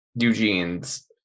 Eugene's